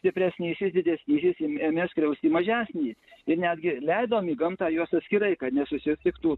stipresnysis didesnysis ėmė skriausti mažesnį ir netgi leidome į gamtą juos atskirai kad nesusitiktų